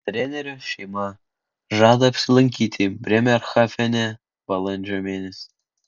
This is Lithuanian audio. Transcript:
trenerio šeima žada apsilankyti brėmerhafene balandžio mėnesį